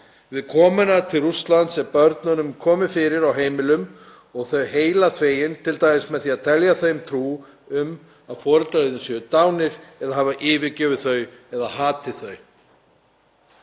Við komuna til Rússlands er börnunum komið fyrir á heimilum og þau heilaþvegin t.d. með því að telja þeim trú um að foreldrar þeirra séu dánir eða hafa yfirgefið þau eða hati þau.